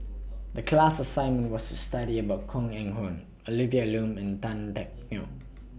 The class assignment was to study about Koh Eng Hoon Olivia Lum and Tan Teck Neo